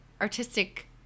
artistic